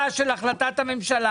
הוא לא מאבק למען אוכלוסייה חרדית,